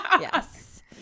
Yes